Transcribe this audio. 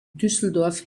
düsseldorf